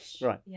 Right